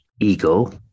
ego